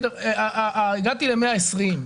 הגעתי ל-120,